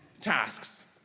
tasks